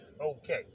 okay